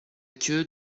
queue